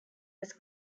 was